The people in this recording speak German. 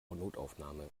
notaufnahme